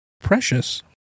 precious